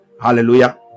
hallelujah